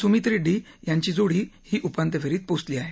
सुमीत रेड्डी यांची जोडी ही उपान्त्य फेरीत पोचली आहे